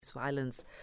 violence